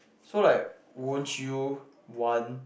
so like won't you want